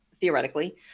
theoretically